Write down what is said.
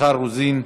מיכל רוזין,